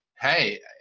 hey